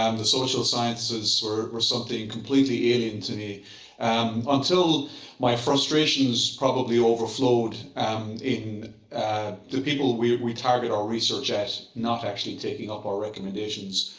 um the social sciences were were something completely alien to me until my frustrations probably overflowed in the people we we target our research at not actually taking up our recommendations,